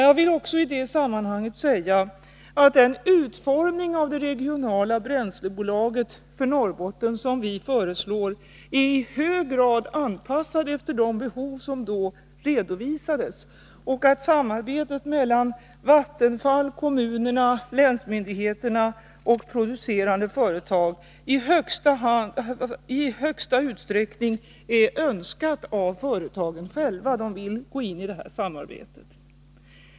Jag vill också i detta sammanhang säga att den utformning av det regionala bränslebolaget för Norrbotten som vi föreslår i hög grad är anpassad efter de behov som då redovisades och att samarbetet mellan Vattenfall, kommunerna, länsmyndigheterna och producerande företag i största utsträckning är önskad av företagen själva — de vill gå in i detta samarbete.